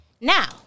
Now